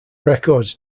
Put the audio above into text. records